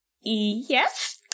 Yes